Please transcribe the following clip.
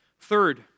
Third